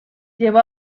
llevó